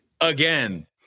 again